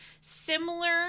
similar